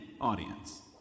audience